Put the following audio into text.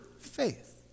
faith